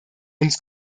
uns